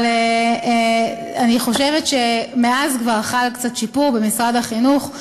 אבל אני חושבת שמאז כבר חל קצת שיפור במשרד החינוך.